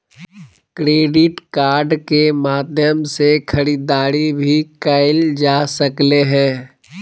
credit card के माध्यम से खरीदारी भी कायल जा सकले हें